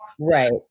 Right